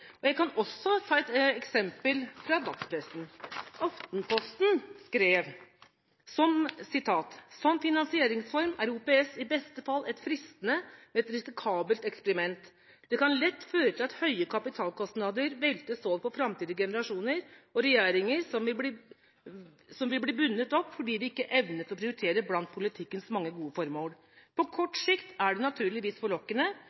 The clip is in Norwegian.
og jeg kan også ta et eksempel fra dagspressen. Aftenposten skrev: «Og som finansieringsform er OPS i beste fall et fristende, men risikabelt eksperiment. Det kan lett føre til at høye kapitalkostnader veltes over på fremtidige generasjoner og regjeringer som vil bli bundet opp fordi vi ikke evnet å prioritere blant politikkens mange gode formål. På